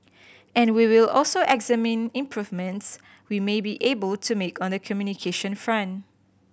and we will also examine improvements we may be able to make on the communication front